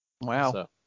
wow